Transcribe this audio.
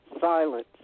silence